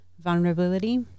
vulnerability